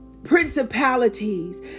principalities